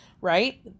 right